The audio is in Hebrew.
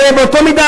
באותה מידה,